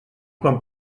quan